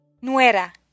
nuera